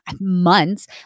months